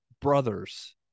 brothers